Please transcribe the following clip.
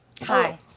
Hi